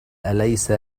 أليس